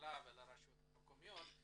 הממשלה ולרשויות המקומיות,